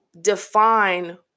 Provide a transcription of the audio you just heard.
define